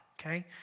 okay